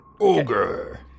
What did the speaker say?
Ogre